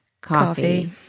Coffee